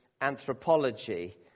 anthropology